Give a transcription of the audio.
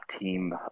team